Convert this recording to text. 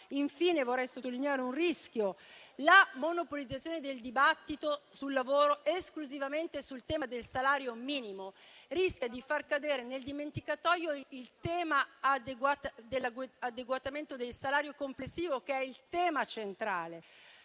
Infine vorrei sottolineare il rischio che la monopolizzazione del dibattito sul lavoro esclusivamente sul tema del salario minimo rischia di far cadere nel dimenticatoio il tema dell'adeguamento del salario complessivo, che è centrale.